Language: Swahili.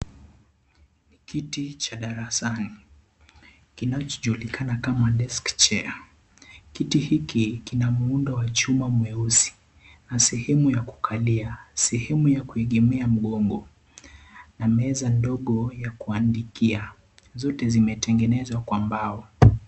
Kiti cha darasani kinachojulikana kama Desk chair . Kiti hiki kina muundo wa chuma mweusi na sehemu ya kukalia, sehemu ya kuegemea mgongo na meza ndogo ya kuandikia. Zote zimetengenezwa kwa mbao.